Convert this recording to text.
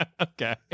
Okay